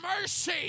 mercy